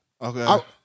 okay